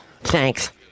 thanks